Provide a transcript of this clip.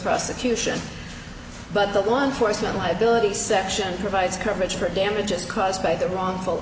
prosecution but the one force one liability section provides coverage for damages caused by the wrongful